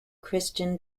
christian